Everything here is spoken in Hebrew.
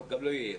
גם לא יהיה.